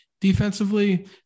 Defensively